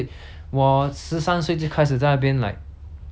想要做什么做什么要怎样赚钱 and whatnot already 因为